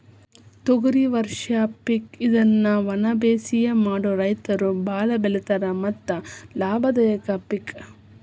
ತೊಗರಿ ವರ್ಷ ಪಿಕ್ ಇದ್ನಾ ವನಬೇಸಾಯ ಮಾಡು ರೈತರು ಬಾಳ ಬೆಳಿತಾರ ಮತ್ತ ಲಾಭದಾಯಕ ಪಿಕ್